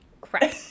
Crap